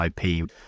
IP